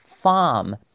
farm